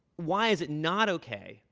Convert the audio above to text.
why is it not ok,